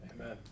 Amen